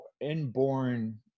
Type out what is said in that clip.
inborn